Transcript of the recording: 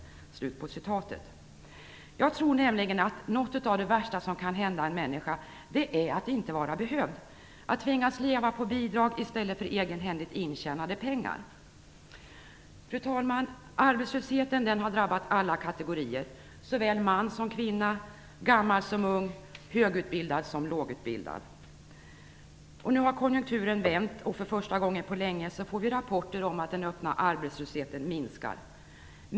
Jag tror att något av det värsta som kan hända en människa är att inte vara behövd, att tvingas leva på bidrag i stället för egenhändigt intjänade pengar. Fru talman! Arbetslösheten har drabbat alla kategorier, såväl man som kvinna, gammal som ung, högutbildad som lågutbildad. Nu har konjunkturen vänt, och för första gången på länge får vi rapporter om att den öppna arbetslösheten minskar.